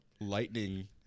Lightning